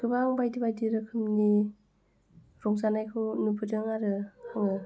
गोबां बायदि बायदि रोखोमनि रंजानायखौ नुबोदों आरो आङो